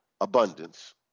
abundance